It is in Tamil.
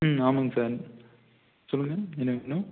ம் ஆமாங்க சார் சொல்லுங்கள் என்ன வேணும்